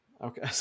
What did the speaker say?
Okay